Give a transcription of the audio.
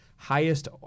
highest